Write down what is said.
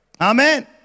Amen